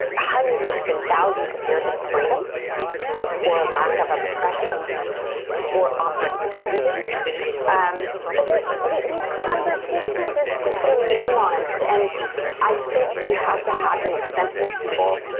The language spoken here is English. hundreds and thousands of years of freedom yeah or a lack of oppression or opportunity yep um but there's these these conversations are super nuanced. and i think you have to have them with sentient people.